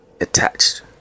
attached